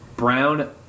Brown